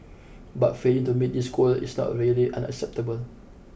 but failing to meet this goal is not really unacceptable